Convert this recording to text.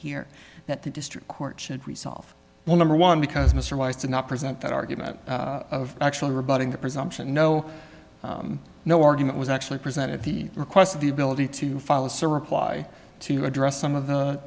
here that the district court should resolve well number one because mr wise to not present that argument of actually rebutting the presumption no no argument was actually present at the request of the ability to follow some reply to address some of the